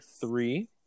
three